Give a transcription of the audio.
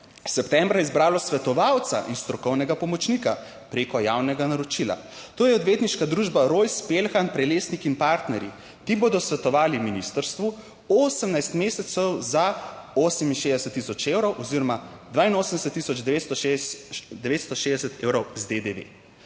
septembra izbralo svetovalca in strokovnega pomočnika preko javnega naročila. To je odvetniška družba Rojs / nerazumljivo/ Prelesnik in partnerji. Ti bodo svetovali ministrstvu 18 mesecev za 68000 evrov oziroma 82900,960 evrov z DDV.